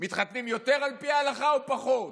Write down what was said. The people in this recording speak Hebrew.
מתחתנים יותר על פי ההלכה או פחות?